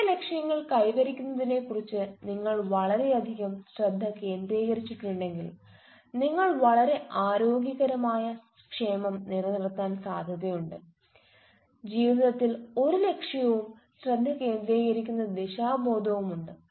ജീവിത ലക്ഷ്യങ്ങൾ കൈവരിക്കുന്നതിനെക്കുറിച്ച് നിങ്ങൾ വളരെയധികം ശ്രദ്ധ കേന്ദ്രീകരിച്ചിട്ടുണ്ടെങ്കിൽ നിങ്ങൾ വളരെ ആരോഗ്യകരമായ ക്ഷേമം നിലനിർത്താൻ സാധ്യതയുണ്ട് ജീവിതത്തിൽ ഒരു ലക്ഷ്യവും ശ്രദ്ധ കേന്ദ്രീകരിക്കുന്ന ദിശാബോധവും ഉണ്ട്